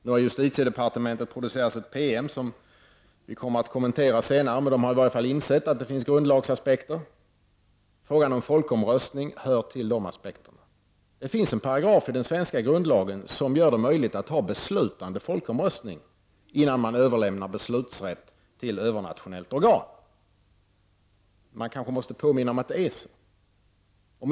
Nu har justitiedepartementet producerat en PM som vi kommer att kommentera senare. Departementet har i varje fall insett att det finns grundlagsaspekter. Frågan om folkomröstning hör till de aspekterna. Det finns en paragraf i den svenska grundlagen som gör det möjligt att ha beslutande folkomröstning, innan man överlämnar beslutsrätt till övernationellt organ. Det är kanske nödvändigt att påminna om att det är så.